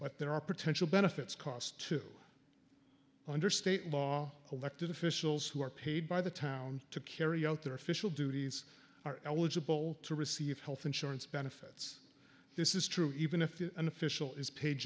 but there are potential benefits cost to under state law elected officials who are paid by the town to carry out their official duties are eligible to receive health insurance benefits this is true even if an official is paid